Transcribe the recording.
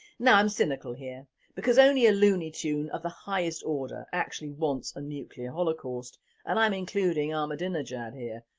now i am cynical here because only a loony toon of the highest order actually wants a nuclear holocaust and i am including um ah ahmadinejad ah here,